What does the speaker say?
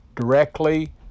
directly